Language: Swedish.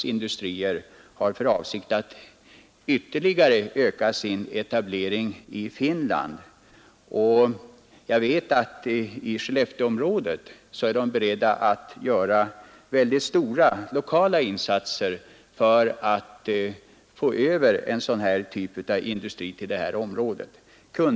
Jag har erfarit att Algots har för avsikt att ytterligare öka sin industrietablering i Finland, och jag vet att man inom Skellefteområdet är beredd att göra 67 mycket stora lokala insatser för att få över en sådan typ av industri till detta område.